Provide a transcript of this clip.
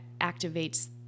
activates